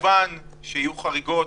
מובן שיהיו חריגות,